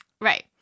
Right